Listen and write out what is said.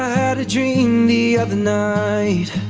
had a dream the other night